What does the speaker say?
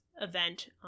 event